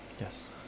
Yes